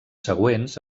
següents